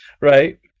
right